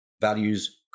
values